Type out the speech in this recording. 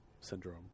Syndrome